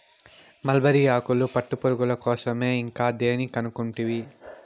mulberry ఆకులు పట్టుపురుగుల కోసరమే ఇంకా దేని కనుకుంటివి